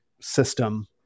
system